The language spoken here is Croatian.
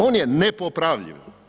On je nepopravljiv.